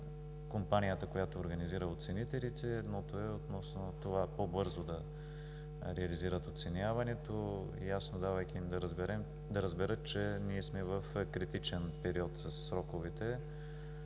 компанията, която организира оценителите. Едното е относно това по-бързо да реализират оценяването, ясно, давайки им да разберат, че ние сме в критичен период със сроковете